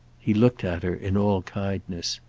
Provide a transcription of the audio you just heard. he looked at her in all kindness.